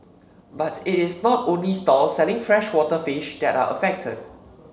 but it is not only stalls selling freshwater fish that are affected